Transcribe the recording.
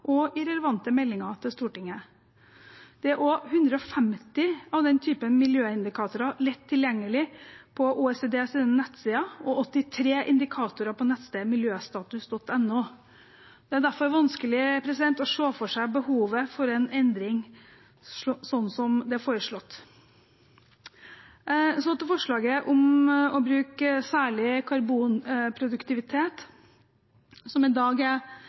og i relevante meldinger til Stortinget. Det er også 150 av den typen miljøindikatorer lett tilgjengelig på OECDs nettsider og 83 indikatorer på nettstedet miljostatus.no. Det er derfor vanskelig å se for seg behovet for en endring slik som det er foreslått. Så til forslaget om å bruke særlig karbonproduktivitet, som i dag er